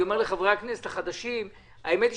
אני אומר לחברי הכנסת החדשים שהאמת היא